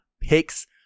picks